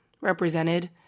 represented